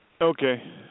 Okay